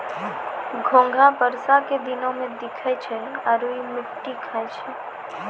घोंघा बरसा के दिनोॅ में दिखै छै आरो इ मिट्टी खाय छै